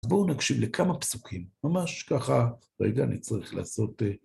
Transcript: בואו נקשיב לכמה פסוקים, ממש ככה, רגע אני צריך לעשות אה...